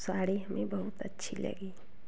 साड़ी हमें बहुत अच्छी लगी